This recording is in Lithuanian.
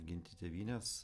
ginti tėvynės